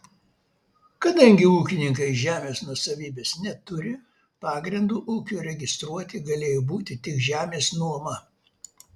kadangi ūkininkai žemės nuosavybės neturi pagrindu ūkiui registruoti galėjo būti tik žemės nuoma